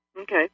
Okay